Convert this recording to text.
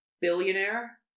billionaire